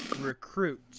Recruit